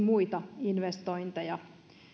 muita investointeja